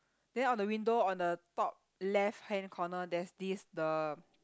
then on the window on the top left hand corner there's this the